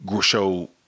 show